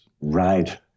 Right